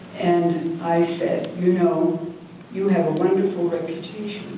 and i said, you know you have a wonderful reputation.